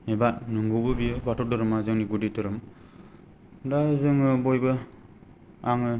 एबा नंगौबो बियो बाथौ धोरोमा जोंनि गुदि धोरोम दा जोङो बयबो आङो